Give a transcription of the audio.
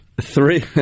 Three